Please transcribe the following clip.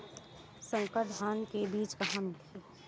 संकर धान के बीज कहां मिलही?